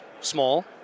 small